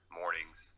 mornings